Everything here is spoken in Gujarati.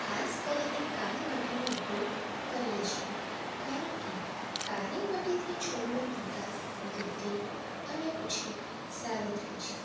ખાસ કરીને કાળી માટીનો ઉપયોગ કરીએ છીએ કારણ કે કાળી માટીથી છોડનો વિકાસ વૃદ્ધિ અને ઉછેર સારો થાય છે